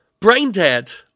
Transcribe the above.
Braindead